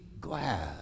glad